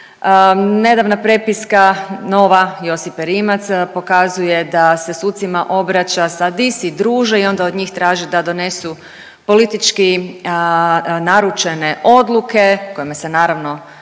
Nedavna prepiska nova Josipe Rimac pokazuje da se sucima obraća sa di si druže i onda od njih traži da donesu politički naručene odluke kojima se naravno ruše